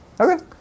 Okay